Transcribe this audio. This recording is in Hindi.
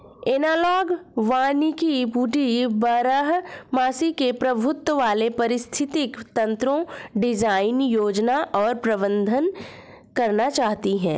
एनालॉग वानिकी वुडी बारहमासी के प्रभुत्व वाले पारिस्थितिक तंत्रको डिजाइन, योजना और प्रबंधन करना चाहती है